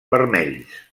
vermells